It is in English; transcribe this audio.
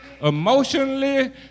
emotionally